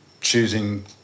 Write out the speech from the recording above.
choosing